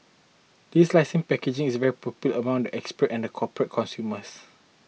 this leasing package is very popular among expatriates and corporate consumers